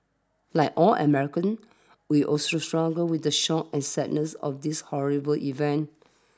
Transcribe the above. like all Americans we also struggle with the shock and sadness of these horrible events